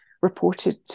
reported